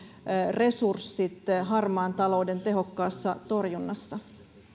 resurssit harmaan talouden tehokkaassa torjunnassa